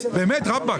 באמת, ראבאק.